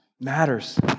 matters